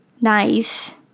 nice